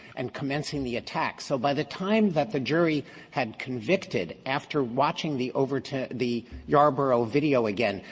and commencing the attack. so by the time that the jury had convicted after watching the overton the yarborough video again,